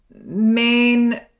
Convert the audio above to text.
main